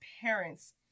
parents